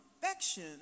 perfection